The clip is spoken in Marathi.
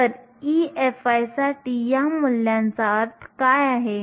तर EFi साठी या मूल्याचा अर्थ काय आहे